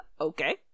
okay